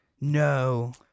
no